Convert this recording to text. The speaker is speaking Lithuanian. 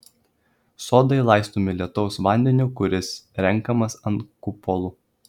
sodai laistomi lietaus vandeniu kuris renkamas ant kupolų